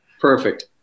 Perfect